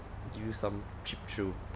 give you some cheap thrill